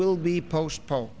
will be postpone